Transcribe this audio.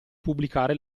pubblicare